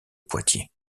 poitiers